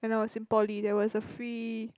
when I was in poly there was a free